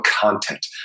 content